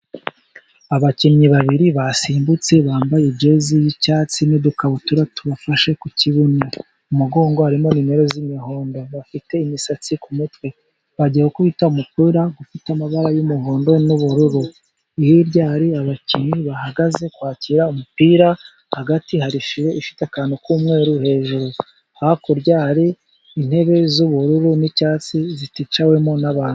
Abakinnyi babiri basimbutse bambaye jese y'icyatsi n'udukabutura tubafashe ku kibuno, umugongo harimo nimero z'imihondo, bafite imisatsi ku mutwe, bagiye gukubita umupira ufite amabara y'umuhondo n'ubururu. Hirya hari abakinnyi bahagaze kwakira umupira, hagati hari fire ifite akantu k'umweru hejuru, hakurya hari intebe z'ubururu n'icyatsi ziticawemo n'abantu.